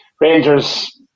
Rangers